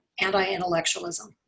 anti-intellectualism